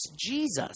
Jesus